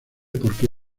porque